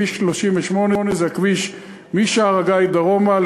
כביש 38 זה הכביש משער-הגיא דרומה,